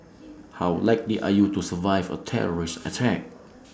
how likely are you to survive A terrorist attack